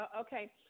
okay